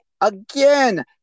again